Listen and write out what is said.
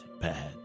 bad